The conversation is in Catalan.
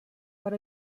per